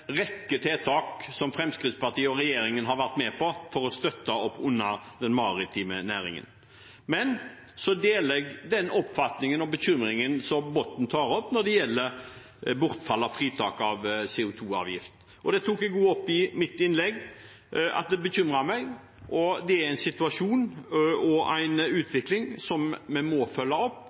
rekke tiltak Fremskrittspartiet og regjeringen har vært med på for å støtte opp under den maritime næringen. Så deler jeg Bottens oppfatning når det gjelder bekymringen over bortfall av fritak for CO 2 -avgift. Jeg tok også opp i mitt innlegg at det bekymrer meg. Det er en situasjon og en utvikling som vi må følge opp.